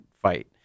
fight